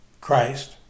Christ